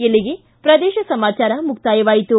ಇಲ್ಲಿಗೆ ಪ್ರದೇಶ ಸಮಾಚಾರ ಮುಕ್ತಾಯವಾಯಿತು